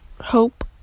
Hope